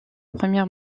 première